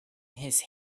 his